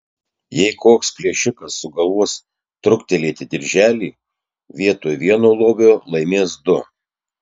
jei koks plėšikas sugalvos truktelėti dirželį vietoj vieno lobio laimės du